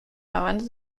abans